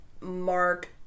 Mark –